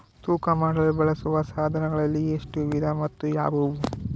ತೂಕ ಮಾಡಲು ಬಳಸುವ ಸಾಧನಗಳಲ್ಲಿ ಎಷ್ಟು ವಿಧ ಮತ್ತು ಯಾವುವು?